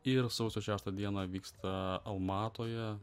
ir sausio šeštą dieną vyksta almatoje